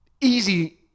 easy